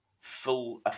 full